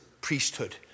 priesthood